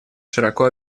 широко